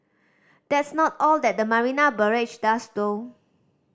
that's not all that the Marina Barrage does though